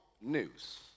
news